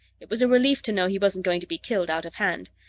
it was a relief to know he wasn't going to be killed out of hand.